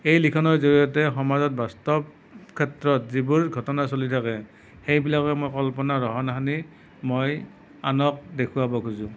এই লিখনিৰ জৰিয়তে সমাজত বাস্তৱ ক্ষেত্ৰত যিবোৰ ঘটনা চলি থাকে সেইবিলাকে মই কল্পনাৰ ৰহণ সানি মই আনক দেখুৱাব খোজোঁ